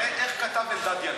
איך כתב אלדד יניב?